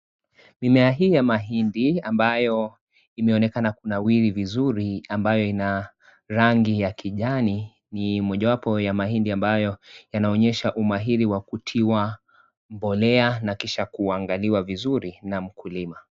Mimea hii ya mahindi ambayo imionekana kunawiri vizuri ambayo ina rangi ya kijani ni mojawapo ya mahindi ambayo yanonyesha umahiri wa kutiwa, mbolea, na kisha kuangaliwa vizuri na mkulima.